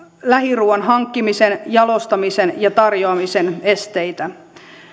lähiruuan hankkimisen jalostamisen ja tarjoamisen esteitä